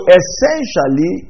essentially